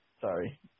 sorry